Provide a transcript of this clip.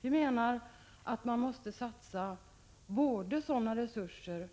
Vi menar att man både måste satsa sådana resurser